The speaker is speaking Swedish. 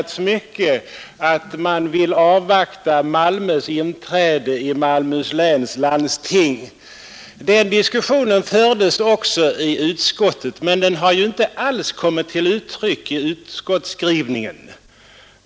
Här har sagts att man skall avvakta Malmös inträde i Malmöhus läns landsting. Den diskussionen fördes också i utskottet, men den har inte alls kommit till uttryck i utskottets skrivning.